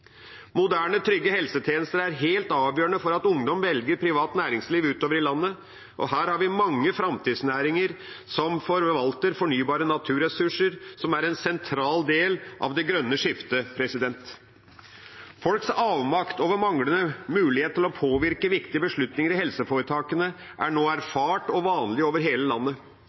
Moderne og trygge helsetjenester er helt avgjørende for at ungdom velger privat næringsliv utover i landet. Her har vi mange framtidsnæringer som forvalter fornybare naturressurser, som er en sentral del av det grønne skiftet. Folks avmakt over manglende mulighet til å påvirke viktige beslutninger i helseforetakene er nå erfart og vanlig over hele landet.